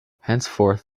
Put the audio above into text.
henceforth